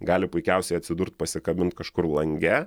gali puikiausiai atsidurt pasikabint kažkur lange